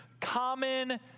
common